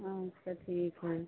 हाँ अच्छा ठीक है